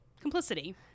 complicity